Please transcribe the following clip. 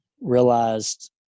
realized